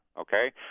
okay